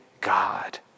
God